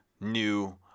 new